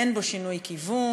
אין בו שינוי כיוון,